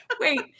wait